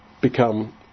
become